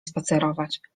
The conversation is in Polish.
spacerować